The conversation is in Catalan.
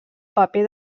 paper